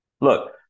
look